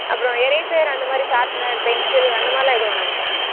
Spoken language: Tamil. அப்புறம் எரேசர் அந்தமாதிரி ஷார்ப்னர் பென்சில் அந்த மாதிரிலாம் ஏதும் வேணாமாங்க